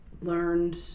learned